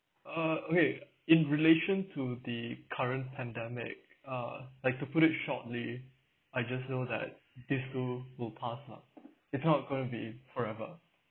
uh okay in relation to the current pandemic uh like to put it shortly I just know that this too will pass lah it's not going to be forever